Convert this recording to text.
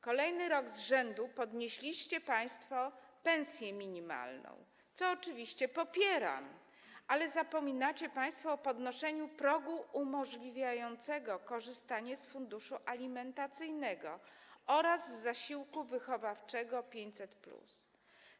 Kolejny rok z rzędu podnieśliście państwo pensję minimalną, co oczywiście popieram, ale zapominacie państwo o podnoszeniu progu umożliwiającego korzystanie z funduszu alimentacyjnego oraz z zasiłku wychowawczego 500+.